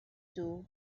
two